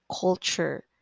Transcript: culture